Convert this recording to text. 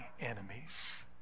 enemies